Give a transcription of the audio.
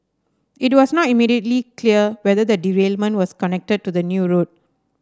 it was not immediately clear whether the derailment was connected to the new route